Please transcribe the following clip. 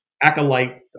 acolyte